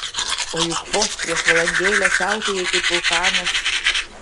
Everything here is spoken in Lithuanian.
o juk vos prieš valandėlę siautėjai kaip vulkanas